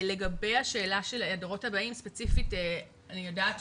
לגבי השאלה על הדורות הבאים ספציפית אני יודעת,